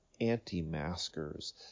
anti-maskers